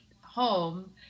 home